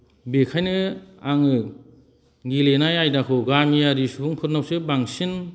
बेखायनो आङो गेलेनाय आयदाखौ गामियारि सुबुंफोरनावसो बांसिन